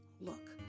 Look